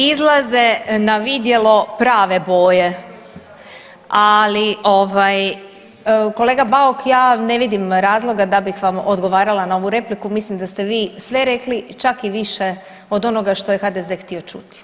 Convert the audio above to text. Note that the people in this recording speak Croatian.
Izlaze na vidjelo prave boje ali ovaj kolega Bauk ja ne vidim razloga da bih vam odgovarala na ovu repliku, mislim da ste vi sve rekli, čak i više od onoga što je HDZ htio čuti.